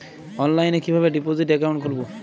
অনলাইনে কিভাবে deposit account খুলবো?